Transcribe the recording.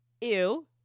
ew